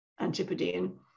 antipodean